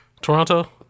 Toronto